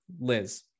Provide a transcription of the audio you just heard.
Liz